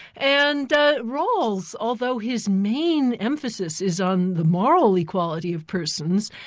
and rawls, although his main emphasis is on the moral equality of persons,